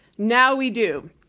now we do.